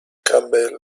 campbell